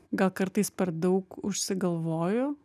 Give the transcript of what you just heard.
gal kartais per daug užsigalvoju